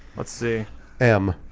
let's see em